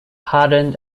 hardened